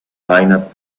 lineup